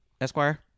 Esquire